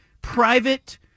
private